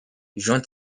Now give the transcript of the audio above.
jean